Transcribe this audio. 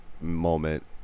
moment